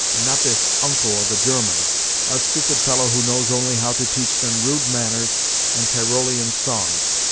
and not this uncle of a german a stupid fellow who knows only how to teach them rude manners and tyrolean songs!